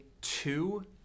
two